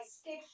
stick